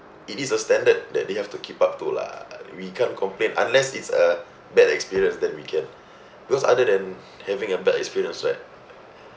it is a standard that they have to keep up to lah we can't complain unless it's a bad experience that we can because other than having a bad experience right